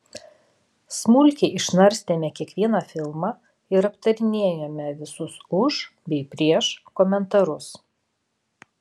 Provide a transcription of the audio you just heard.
smulkiai išnarstėme kiekvieną filmą ir aptarinėjome visus už bei prieš komentarus